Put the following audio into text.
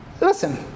Listen